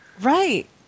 right